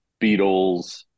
Beatles